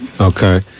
Okay